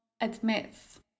admits